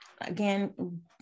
Again